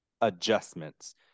adjustments